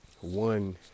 One